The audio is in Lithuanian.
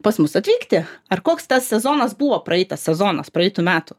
pas mus atvykti ar koks tas sezonas buvo praeitas sezonas praeitų metų